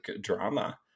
drama